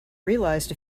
realized